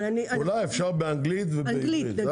אולי אפשר באנגלית ובעברית.